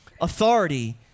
authority